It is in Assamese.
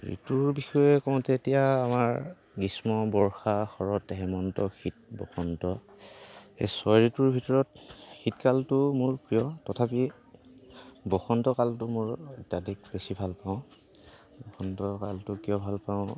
ঋতুৰ বিষয়ে কওঁ এতিয়া আমাৰ গ্ৰীষ্ম বৰ্ষা শৰৎ হেমন্ত শীত বসন্ত এই ছয়ঋতুৰ ভিতৰত শীতকালটো মোৰ প্ৰিয় তথাপি বসন্তকালটো মোৰ অত্যাধিক বেছি ভালপাওঁ বসন্তকালটো কিয় ভালপাওঁ